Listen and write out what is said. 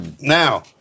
Now